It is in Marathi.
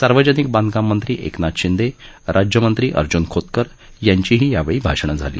सार्वजनिक बांधकाम मंत्री एकनाथ शिंदे राज्यमंत्री अर्ज्न खोतकर यांचीही यावेळी भाषणं झाली